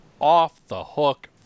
off-the-hook